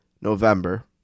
November